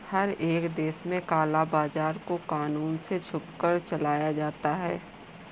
हर एक देश में काला बाजार को कानून से छुपकर चलाया जाता है